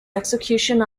execution